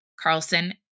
Carlson